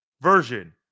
version